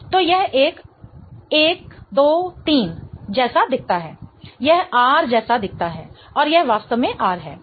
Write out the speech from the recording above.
तो यह एक 1 2 3 जैसा दिखता है यह R जैसा दिखता है और यह वास्तव में R है